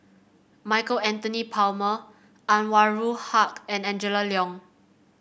Michael Anthony Palmer Anwarul Haque and Angela Liong